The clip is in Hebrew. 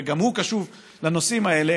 וגם הוא קשוב לנושאים האלה,